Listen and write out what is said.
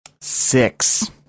six